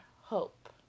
hope